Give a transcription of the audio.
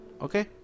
Okay